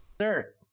Sir